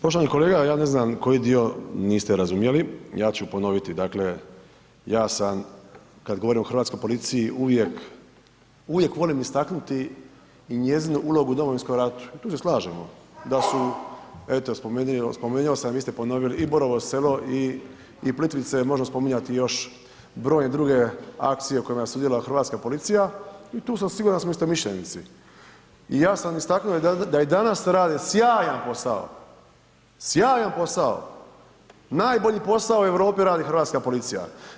Poštovani kolega, ja ne znam koji dio niste razumjeli, ja ću ponoviti, dakle ja sam kad govorimo o hrvatskoj policiji uvijek, uvijek volim istaknuti i njezinu ulogu u Domovinskom ratu i tu se slažemo da su eto spomenuo sam, vi ste ponovili i Borovo selo i Plitvice, možete spominjati još brojne druge akcije u kojima je sudjelovala hrvatska policija i tu sam siguran da smo istomišljenici i ja sam istaknuo da i danas rade sjajan posao, sjajan posao, najbolji posao u Europi radi hrvatska policija.